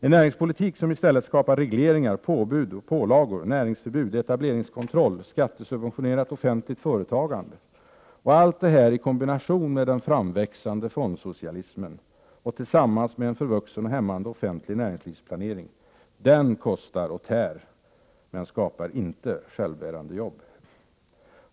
En näringspolitik som i stället skapar regleringar, påbud och pålagor, näringsförbud, etableringskontroll, skattesubventionerat offentligt företagande, allt detta i kombination med den framväxande fondsocialismen och tillsammans med en förvuxen och hämmande offentlig näringslivsplanering, kostar och tär men skapar inte självbärande jobb.